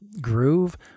groove